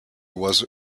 was